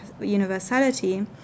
universality